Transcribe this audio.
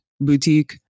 boutique